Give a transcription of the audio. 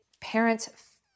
parents